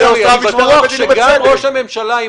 שגם ראש הממשלה,